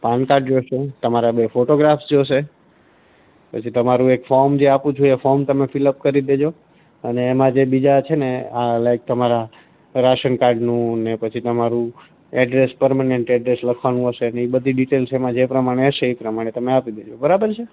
પાન card જોઇશે તમારા બે ફોટોગ્રાફ્સ જોઇશે પછી તમારું એક ફોર્મ જે આપું છું એ ફોર્મ તમે ફિલ અપ કરી દેજો અને એમાં જે બીજા છે ને આ લાઇક તમારા રાશન કાર્ડનું ને પછી તમારું એડ્રેસ પરમનન્ટ એડ્રેસ લખવાનું હશે ને એ બધી ડિટેલ્સ એમાં જે પ્રમાણે હશે એ પ્રમાણે તમે આપી દેજો બરાબર છે